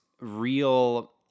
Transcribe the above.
real